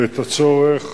ואת הצורך